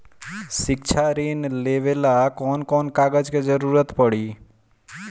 शिक्षा ऋण लेवेला कौन कौन कागज के जरुरत पड़ी?